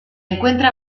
encuentra